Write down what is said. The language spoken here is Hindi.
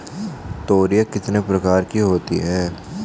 तोरियां कितने प्रकार की होती हैं?